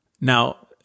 Now